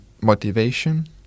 motivation